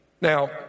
Now